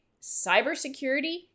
cybersecurity